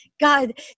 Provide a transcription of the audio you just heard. God